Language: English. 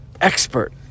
expert